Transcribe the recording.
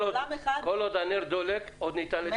כל עוד הנר דולק, ניתן לתקן.